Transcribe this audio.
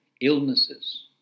illnesses